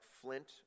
flint